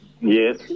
Yes